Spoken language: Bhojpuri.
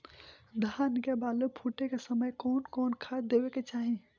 धान के बाली फुटे के समय कउन कउन खाद देवे के चाही?